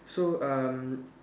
so um